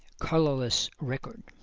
colourless record.